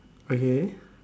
okay